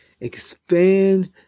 Expand